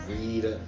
read